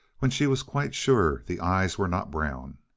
when she was quite sure the eyes were not brown.